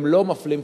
הם לא מפלים חלשים.